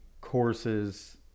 courses